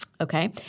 Okay